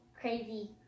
crazy